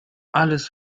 alles